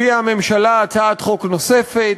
הביאה הממשלה הצעת חוק נוספת,